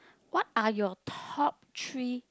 what are your top three